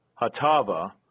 Hatava